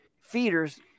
feeders